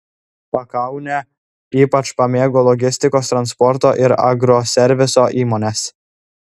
pakaunę ypač pamėgo logistikos transporto ir agroserviso įmonės